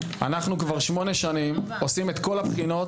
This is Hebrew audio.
אנחנו כבר שמונה שנים עושים את כל הבחינות,